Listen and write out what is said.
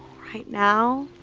right now,